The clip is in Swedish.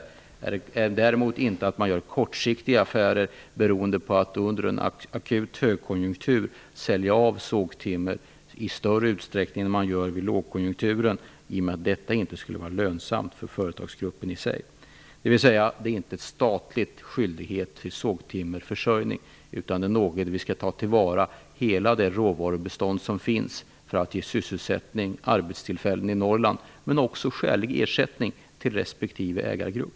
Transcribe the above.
Däremot är det inte rationellt att göra kortsiktiga affärer genom att under en akut högkonjunktur sälja av sågtimmer i större utsträckning är vid en lågkonjunktur. Det skulle inte vara lönsamt för företagsgruppen i sig. Det råder inte någon statlig skyldighet vid sågtimmerförsörjning. Vi vill ta till vara hela det råvarubestånd som finns för att ge sysselsättning och arbetstillfällen i Norrland men också skälig ersättning till respektive ägargrupp.